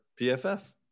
PFF